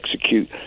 execute